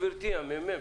גברתי מהממ"מ,